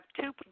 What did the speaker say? two